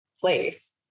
place